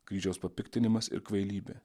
kryžiaus papiktinimas ir kvailybė